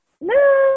No